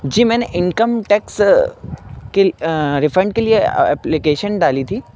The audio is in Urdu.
جی میں نے انکم ٹیکس ریفنڈ کے لیے اپلیکیشن ڈالی تھی